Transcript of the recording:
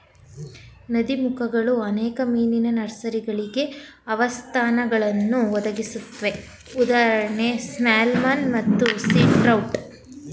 ನದೀಮುಖಗಳು ಅನೇಕ ಮೀನಿನ ನರ್ಸರಿಗಳಿಗೆ ಆವಾಸಸ್ಥಾನಗಳನ್ನು ಒದಗಿಸುತ್ವೆ ಉದಾ ಸ್ಯಾಲ್ಮನ್ ಮತ್ತು ಸೀ ಟ್ರೌಟ್